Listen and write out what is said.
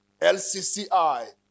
LCCI